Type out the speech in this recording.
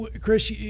Chris